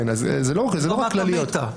זה לא רק כלליות.